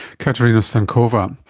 katerina stankova. um